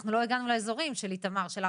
אנחנו לא הגענו לאזורים של הר ברכה,